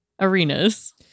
Arenas